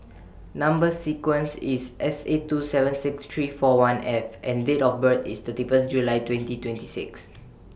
Number sequence IS S eight two seven six three four one F and Date of birth IS thirty one July twenty twenty six